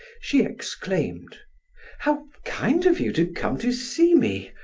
she exclaimed how kind of you to come to see me.